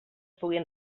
puguin